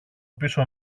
πίσω